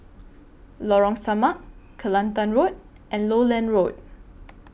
Lorong Samak Kelantan Road and Lowland Road